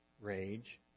rage